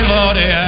Lordy